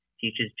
teaches